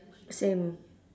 same